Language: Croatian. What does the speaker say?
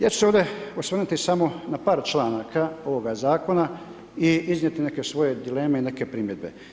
Ja ću se ovdje osvrnuti samo na par članaka ovoga zakona i iznijeti neke svoje dileme i neke primjedbe.